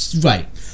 Right